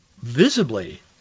visibly